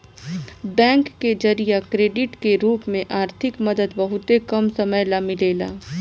bank के जरिया credit के रूप में आर्थिक मदद बहुते कम समय ला मिलेला